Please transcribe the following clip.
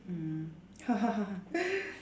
mm